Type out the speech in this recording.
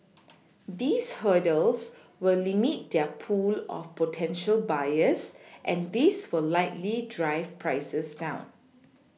these hurdles will limit their pool of potential buyers and this will likely drive prices down